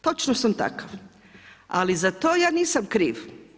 Točno sam takav, ali za to ja nisam kriv.